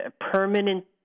permanent